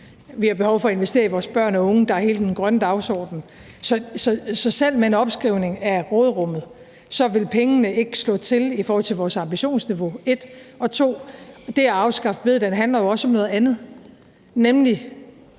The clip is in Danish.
Vi har behov for at investere i vores børn og unge, og der er hele den grønne dagsorden. Så selv med en opskrivning af råderummet vil pengene ikke slå til i forhold til vores ambitionsniveau. Og så handler det at afskaffe bededagen jo også om noget andet, nemlig